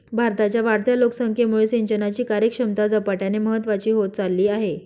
भारताच्या वाढत्या लोकसंख्येमुळे सिंचनाची कार्यक्षमता झपाट्याने महत्वाची होत चालली आहे